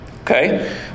Okay